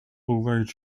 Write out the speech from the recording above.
although